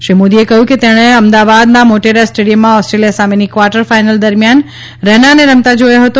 શ્રી મોદીએ કહ્યું કે તેણે અમદાવાદના મોટેરા સ્ટેડિયમમાં ઓસ્ટ્રેલિયા સામેની ક્વાર્ટર ફાઇનલ દરમિયાન રૈનાને રમતાં જોથો હતો